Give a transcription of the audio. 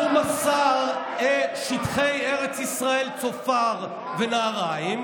הוא מסר את שטחי ארץ ישראל צופר ונהריים,